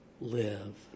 live